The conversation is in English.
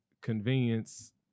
convenience